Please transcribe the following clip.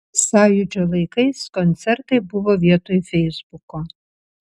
sąjūdžio laikais koncertai buvo vietoj feisbuko